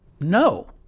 no